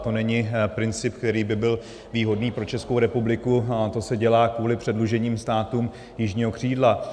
To není princip, který by byl výhodný pro Českou republiku, a to se dělá kvůli předluženým státům jižního křídla.